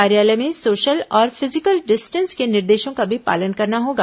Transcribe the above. कार्यालय में सोशल और फिजिकल डिस्टेंस के निर्देशों का भी पालन करना होगा